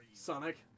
Sonic